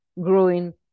growing